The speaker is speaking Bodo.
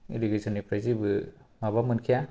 इरिगेसननिफ्राय जेबो माबा मोनखाया